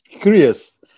curious